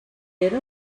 era